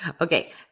Okay